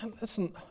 Listen